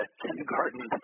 kindergarten